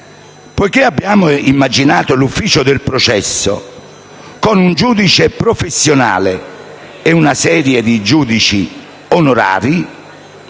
abbiamo immaginato l'ufficio del processo con un giudice professionale e una serie di giudici onorari